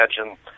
imagine